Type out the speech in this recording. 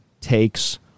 takes